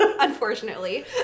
Unfortunately